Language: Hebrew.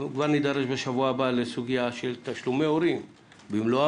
כבר נדרש בשבוע הבא לסוגיה של תשלומי הורים במלואם,